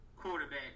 quarterback